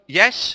yes